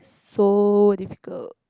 so difficult